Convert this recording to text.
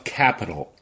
capital